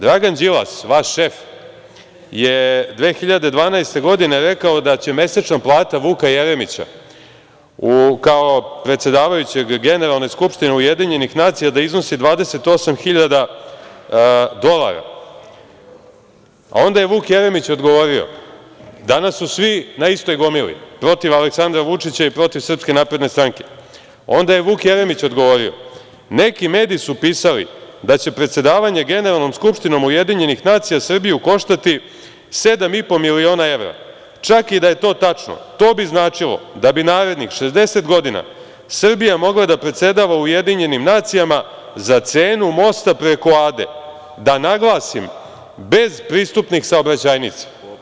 Dragan Đilas, vaš šef, je 2012. godine rekao da će mesečna plata Vuka Jeremića, kao predsedavajućeg u Generalnoj skupštini UN, da iznosi 28.000 dolara, a onda je Vuk Jeremić odgovorio, danas su vi na istoj gomili protiv Aleksandra Vučića i protiv SNS, onda je Vuk Jeremić odgovorio – neki mediji su pisali da će predsedavanje Generalnom skupštinom UN Srbiju koštati 7,5 miliona evra, čak i da je to tačno to bi značilo da bi narednih 60 godina Srbija mogla da predsedava u UN za cenu mosta preko Ade, da naglasim, bez pristupnih saobraćajnica.